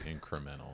incremental